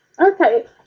Okay